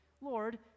Lord